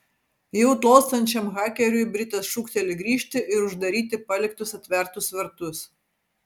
jau tolstančiam hakeriui britas šūkteli grįžti ir uždaryti paliktus atvertus vartus